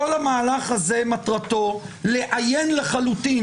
כל המהלך הזה מטרתו לאיין לחלוטין,